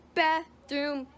bathroom